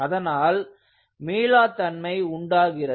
அதனால் மீளா தன்மை உண்டாகிறது